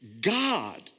God